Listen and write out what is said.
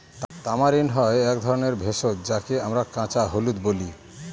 tamarind হয় এক ধরনের ভেষজ যাকে আমরা কাঁচা হলুদ বলি